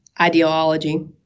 ideology